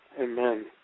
Amen